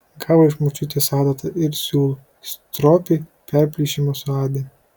gavo iš močiutės adatą ir siūlų stropiai perplyšimą suadė